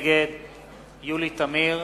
נגד יולי תמיר,